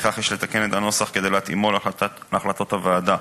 ולפיכך יש לתקן הנוסח כדי להתאימו להחלטות הוועדה.